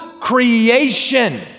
creation